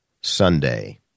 Sunday